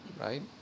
Right